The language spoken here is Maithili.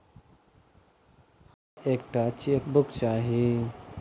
हमरा एक टा चेकबुक चाहि